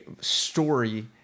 story